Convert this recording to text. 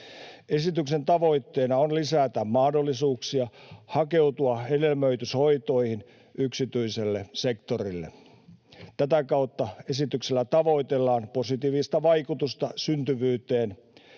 Esityksen tavoitteena on lisätä mahdollisuuksia hakeutua hedelmöityshoitoihin yksityiselle sektorille. Tätä kautta esityksellä tavoitellaan positiivista vaikutusta syntyvyyteen.